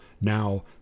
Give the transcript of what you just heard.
Now